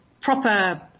proper